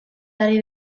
ari